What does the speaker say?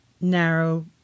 narrow